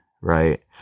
right